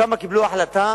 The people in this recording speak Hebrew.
שם קיבלו החלטה